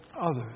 others